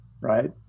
right